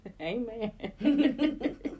Amen